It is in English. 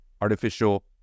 artificial